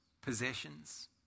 possessions